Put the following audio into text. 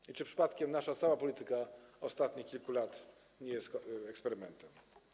I czy przypadkiem cała nasza polityka ostatnich kilku lat nie jest eksperymentem?